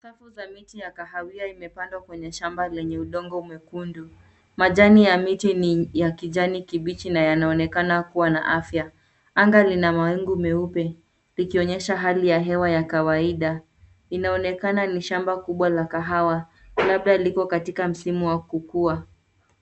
Safu za miti ya kahawia imepandwa kwenye shamba lenye udongo mwekundu. Majani ya miti ni ya kijani kibichi na yanaonekana kuwa na afya. Anga lina mawingu meupe likionyesha hali ya hewa ya kawaida. Inaonekana ni shamba kubwa la kahawa labda liko katika msimu wa kukua.